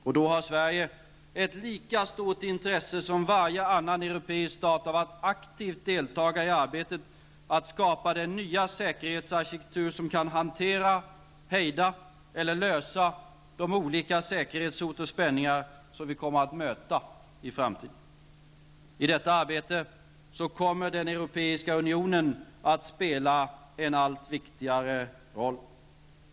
Och då har Sverige ett lika stort intrese som varje annan europeisk stat av att aktivt delta i arbetet att skapa den nya säkerhetsarkitektur som kan hantera, hejda eller lösa de olika säkerhetshot och spänningar som vi kommer att möta i framtiden. I detta arbete kommer Europeiska unionen att spela en allt viktigare roll.